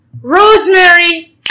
Rosemary